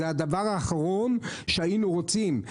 זה הדבר האחרון שהיינו רוצים.